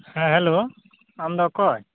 ᱦᱮᱸ ᱦᱮᱞᱳ ᱟᱢᱫᱚ ᱚᱠᱚᱭ